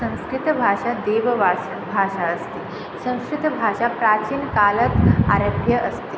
संस्कृतभाषा देवभाषा भाषा अस्ति संस्कृतभाषाः प्राचीनकालात् आरभ्या अस्ति